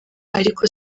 ariko